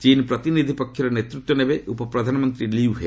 ଚୀନ୍ ପ୍ରତିନିଧି ପକ୍ଷର ନେତୃତ୍ୱନେବେ ଉପପ୍ରଧାନମନ୍ତ୍ରୀ ଲ୍ୟୁ ହେ